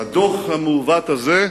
הדוח המעוות הזה,